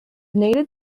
native